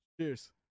Cheers